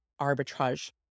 arbitrage